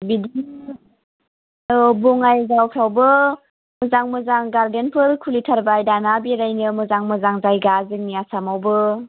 बिदिनो औ बङाइगावफ्रावबो मोजां मोजां गारदेनफोर खुलिथारबाय दाना बेरायनो मोजां मोजां जायगा जोंनि आसामावबो